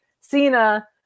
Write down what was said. Cena